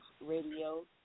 radio